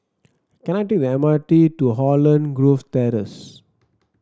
can I take the M R T to Holland Grove Terrace